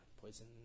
poison